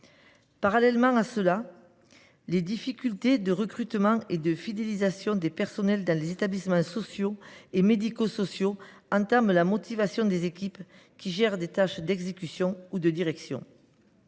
Parallèlement, les difficultés de recrutement et de fidélisation du personnel des établissements sociaux et médico sociaux entament la motivation des équipes, qu’elles soient chargées de tâches d’exécution ou de direction.